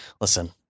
listen